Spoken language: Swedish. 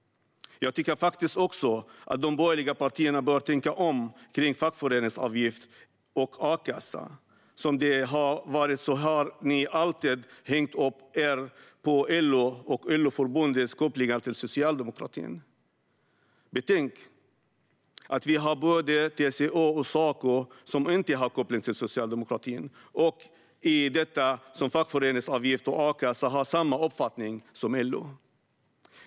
Jag tycker också att de borgerliga partierna bör tänka om när det gäller fackföreningsavgift och a-kassa. Som det har varit har ni alltid hängt upp er på LO och LO-förbundens kopplingar till socialdemokratin. Betänk att vi har både TCO och Saco, som inte har koppling till socialdemokratin och som i fråga om fackföreningsavgift och a-kassa har samma uppfattning som LO.